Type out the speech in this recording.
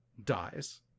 dies